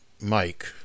mike